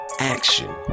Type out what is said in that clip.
action